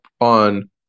on